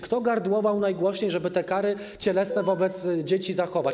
Kto gardłował najgłośniej, żeby te kary cielesne wobec dzieci zachować?